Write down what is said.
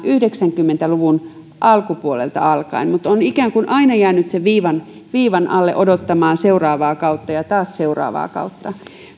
yhdeksänkymmentä luvun alkupuolelta alkaen mutta se on aina jäänyt ikään kuin viivan alle odottamaan seuraavaa kautta ja taas seuraavaa kautta